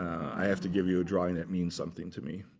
i have to give you a drawing that means something to me,